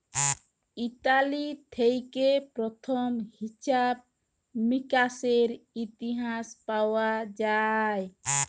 Italy থেক্যে প্রথম হিছাব মিকাশের ইতিহাস পাওয়া যায়